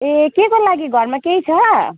ए केको लागि घरमा केही छ